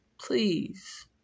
Please